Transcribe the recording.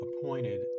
appointed